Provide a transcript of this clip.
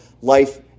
life